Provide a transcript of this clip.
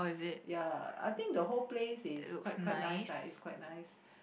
ya I think the whole place is quite quite nice ah it's quite nice